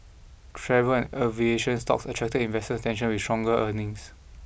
travel and aviation stocks attracted investor attention with stronger earnings